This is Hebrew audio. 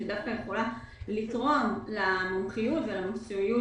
שדווקא יכולה לתרום למומחיות ולמקצועיות